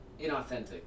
inauthentic